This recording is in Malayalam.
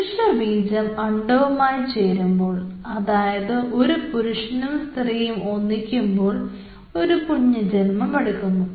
പുരുഷ ബീജം അണ്ഡവുമായി ചേരുമ്പോൾ അതായത് ഒരു പുരുഷനും സ്ത്രീയും ഒന്നിക്കുമ്പോൾ ഒരു കുഞ്ഞ് ജന്മമെടുക്കുന്നു